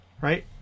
right